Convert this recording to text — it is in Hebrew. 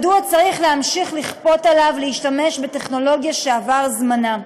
מדוע צריך להמשיך לכפות עליו להשתמש בטכנולוגיה שעבר זמנה?